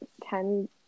ten